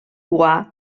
bois